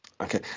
Okay